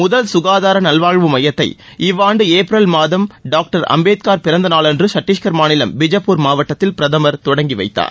முதல் சுகாதார நலவாழ்வு மையத்தை இவ்வாண்டு ஏப்ரல் மாதம் டாக்டர் அம்பேத்கர் பிறந்தநாளன்று சத்தீஷ்கர் மாநிலம் பிஜப்பூர் மாவட்டத்தில் பிரதமர் தொடங்கிவைத்தார்